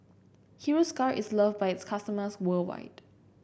Hiruscar is love by its customers worldwide